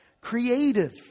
creative